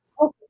Okay